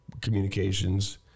communications